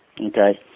Okay